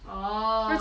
orh